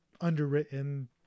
underwritten